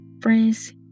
friends